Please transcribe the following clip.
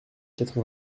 quatre